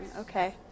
Okay